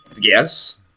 yes